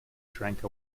shrank